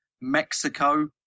Mexico